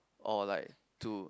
or like to